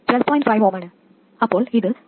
5 Ωആണ് അപ്പോൾ ഇത് 12